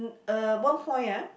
uh one point ah